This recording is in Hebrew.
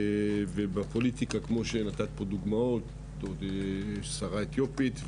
ובפוליטיקה כמו שנתת פה דוגמאות שרה אתיופית,